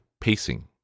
pacing